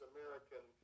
American